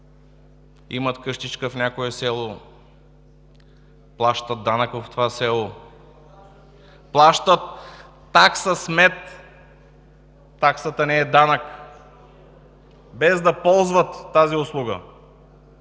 имат къщичка в някое село, плащат данък в това село, плащат такса смет – таксата не е данък, без да ползват тази услуга